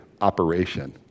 operation